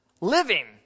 living